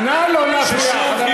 ששוב,